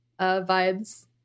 vibes